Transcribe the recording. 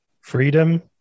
Freedom